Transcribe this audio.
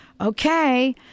okay